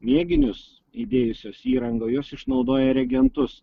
mėginius įdėjusios įrangoj jos išnaudoja reagentus